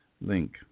link